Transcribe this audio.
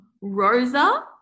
Rosa